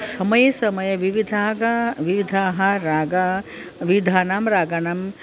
समये समये विविधाः विविधाः रागाः विविधानां रागानां